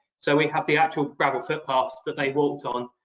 so we have the actual gravel footpaths that they walked on.